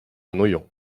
noyon